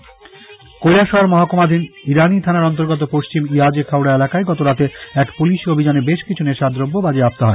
নেশাদ্রব্য কৈলাসহর মহকুমাধীন ইরানী থানার অন্তর্গত পশ্চিম ইয়াজেখাওডা এলাকায় গতরাতে এক পুলিশী অভিযানে বেশ কিছু নেশাদ্রব্য বাজেয়াপ্ত হয়